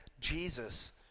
Jesus